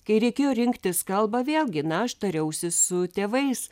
kai reikėjo rinktis kalbą vėlgi na aš tariausi su tėvais